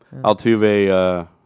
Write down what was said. Altuve